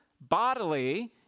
bodily